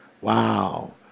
Wow